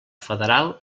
federal